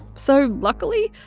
so luckily,